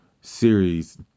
series